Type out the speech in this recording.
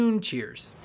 cheers